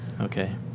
Okay